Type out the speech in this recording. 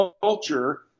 culture